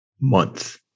month